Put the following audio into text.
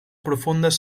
profundes